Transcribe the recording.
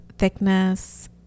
thickness